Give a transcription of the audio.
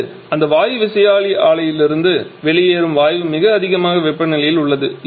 பின்னர் அந்த வாயு விசையாழி ஆலையிலிருந்து வெளியேறும் வாயு மிக அதிக வெப்பநிலையில் உள்ளது